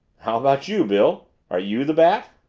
how about you, bill are you the bat?